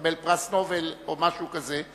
לקבל פרס נובל או משהו כזה,